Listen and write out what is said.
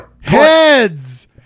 Heads